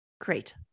great